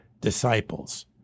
disciples